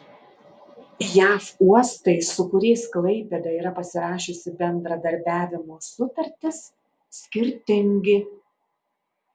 jav uostai su kuriais klaipėda yra pasirašiusi bendradarbiavimo sutartis skirtingi